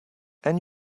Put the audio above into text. and